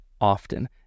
often